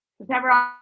September